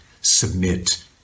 Submit